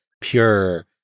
pure